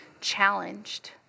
challenged